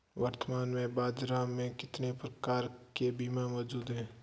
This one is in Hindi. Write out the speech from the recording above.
वर्तमान में बाज़ार में कितने प्रकार के बीमा मौजूद हैं?